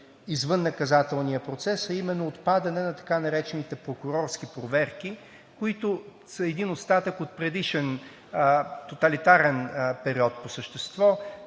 извън наказателния процес, а именно отпадане на така наречените прокурорски проверки, които са един остатък от предишен тоталитарен период по същество,